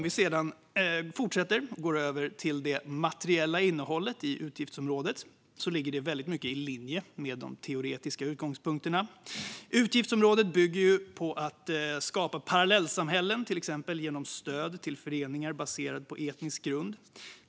Låt mig gå över till det materiella innehållet i utgiftsområdet. Det ligger mycket i linje med de teoretiska utgångspunkterna. Utgiftsområdet bygger på att skapa parallellsamhällen, till exempel genom stöd till föreningar baserade på etnisk grund.